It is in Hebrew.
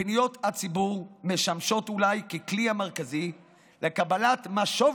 פניות הציבור משמשות אולי ככלי המרכזי לקבלת משוב